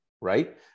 right